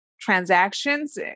transactions